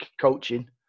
coaching